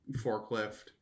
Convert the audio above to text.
forklift